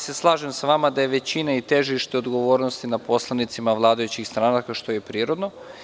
Slažem se sa vama da je težište odgovornosti na poslanicima vladajućih stranaka, što je i prirodno.